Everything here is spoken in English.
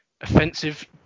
offensive